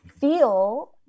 feel